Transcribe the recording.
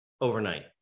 overnight